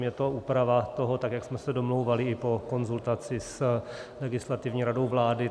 Je to úprava toho, jak jsme se domlouvali i po konzultaci s Legislativní radou vlády.